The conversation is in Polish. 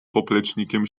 poplecznikiem